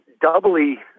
doubly